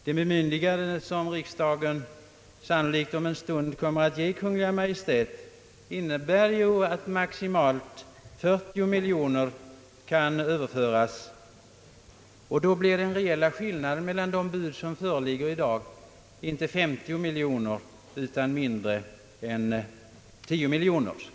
Det bemyndigande riksdagen sannolikt om en stund kommer att ge Kungl. Maj:t innebär att maximalt 40 miljoner kronor kan överföras, och då blir den reella skillnaden mellan de bud som föreligger inte 50 miljoner kronor utan mindre än 10 miljoner kronor.